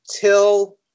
Till